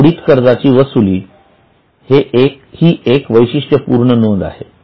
आता बुडीत कर्जाची वसुली ही एक वैशिष्ट्यपूर्ण नोंद आहे